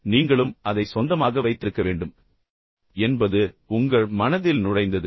எனவே நீங்களும் அதை சொந்தமாக வைத்திருக்க வேண்டும் என்பது உங்கள் மனதில் நுழைந்தது